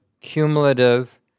cumulative